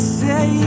say